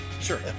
Sure